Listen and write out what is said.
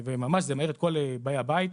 ממש זה מעיר את כל באי הבית.